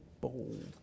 bold